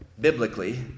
biblically